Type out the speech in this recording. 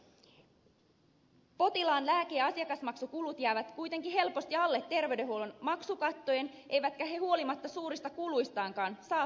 potilaiden lääke ja asiakasmaksukulut jäävät kuitenkin helposti alle terveydenhuollon maksukattojen eivätkä he huolimatta suurista kuluistaankaan saa hyvitystä maksuista